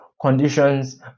conditions